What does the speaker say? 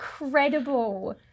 incredible